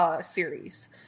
Series